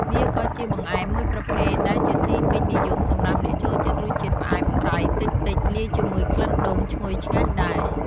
វាក៏ជាបង្អែមមួយប្រភេទដែលជាទីពេញនិយមសម្រាប់អ្នកចូលចិត្តរសជាតិផ្អែមប្រៃតិចៗ លាយជាមួយក្លិនដូងឈ្ងុយឆ្ងាញ់ដែរ។